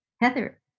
Heather